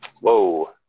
Whoa